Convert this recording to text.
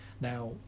Now